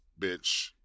bitch